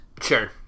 Sure